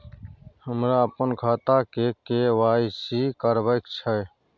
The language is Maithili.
हमरा अपन खाता के के.वाई.सी करबैक छै